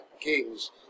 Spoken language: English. kings